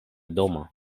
domo